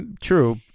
True